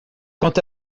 quant